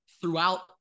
throughout